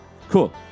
Cool